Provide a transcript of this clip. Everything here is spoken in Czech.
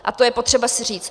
A to je potřeba si říct.